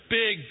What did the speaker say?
big